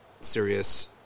serious